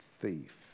thief